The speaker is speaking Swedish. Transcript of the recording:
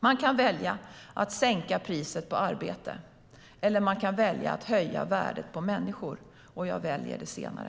Man kan välja att sänka priset på arbete, eller så kan man välja att höja värdet på människor. Jag väljer det senare.